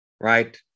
right